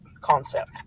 concept